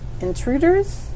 Intruders